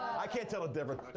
i can't tell ah